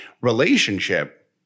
relationship